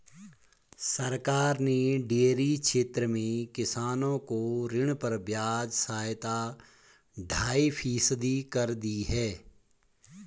सरकार ने डेयरी क्षेत्र में किसानों को ऋणों पर ब्याज सहायता ढाई फीसदी कर दी है